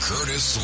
Curtis